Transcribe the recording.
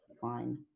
fine